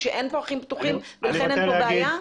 שאין פה אחים פתוחים ולכן אין פה בעיה?